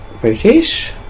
British